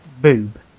boob